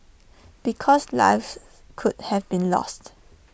because lives could have been lost